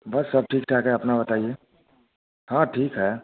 बस सब ठीक ठाक है अपना बताइए हाँ ठीक है